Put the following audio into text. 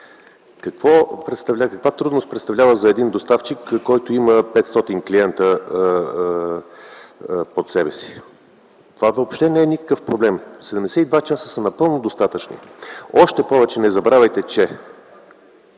Каква трудност представлява за един доставчик, който има 500 клиента? Това въобще не е никакъв проблем, 72 часа са напълно достатъчни. Още повече не забравяйте, че